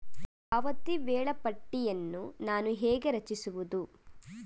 ಪಾವತಿ ವೇಳಾಪಟ್ಟಿಯನ್ನು ನಾನು ಹೇಗೆ ರಚಿಸುವುದು?